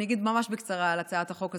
אני אגיד ממש בקצרה על הצעת החוק הזאת,